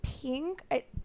pink